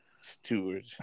steward